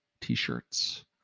t-shirts